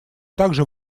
также